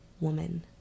woman